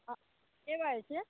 के बाजै छियै